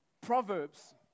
Proverbs